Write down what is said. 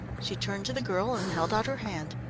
she turned to the girl and held out her hand.